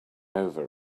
over